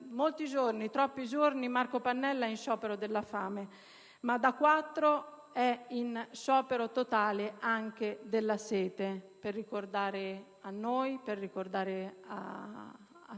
molti giorni - troppi - Marco Pannella è in sciopero della fame, ma da quattro è in sciopero totale anche della sete, per ricordare a noi, a se stesso e a chi